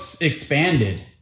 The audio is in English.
expanded